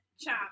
chop